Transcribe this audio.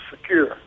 secure